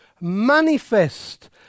manifest